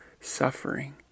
suffering